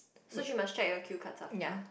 so she must check your cue cards after